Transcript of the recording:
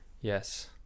Yes